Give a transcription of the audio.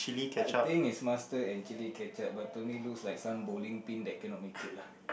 I I think is mustard and chili ketchup but to me is looks some bowling pin that cannot make it lah